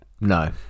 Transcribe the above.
No